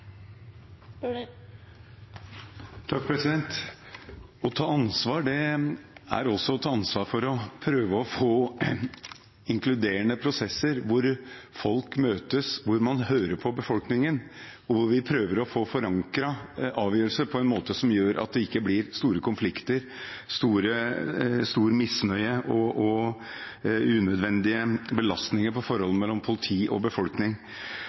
Å ta ansvar er også å ta ansvar for å prøve å få inkluderende prosesser hvor folk møtes, hvor man hører på befolkningen, og hvor vi prøver å få forankret avgjørelser på en måte som gjør at det ikke blir store konflikter, stor misnøye og unødvendige belastninger på forholdet mellom politi og befolkning.